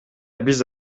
биз